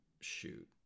shoot